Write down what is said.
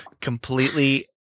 Completely